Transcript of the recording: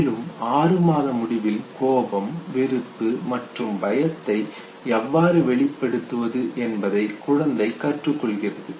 மேலும் ஆறு மாத முடிவில் கோபம் வெறுப்பு மற்றும் பயத்தை எவ்வாறு வெளிப்படுத்துவது என்பதை குழந்தை கற்றுக் கொள்கிறது